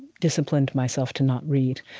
disciplined myself to not read.